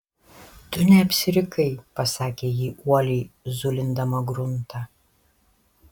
tu neapsirikai pasakė ji uoliai zulindama gruntą